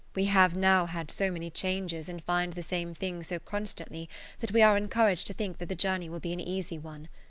we have now had so many changes and find the same thing so constantly that we are encouraged to think that the journey will be an easy one.